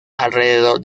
alrededor